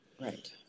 Right